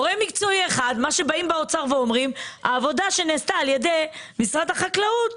מה שבאים באוצר ואומרים: העבודה שנעשתה על ידי משרד החקלאות,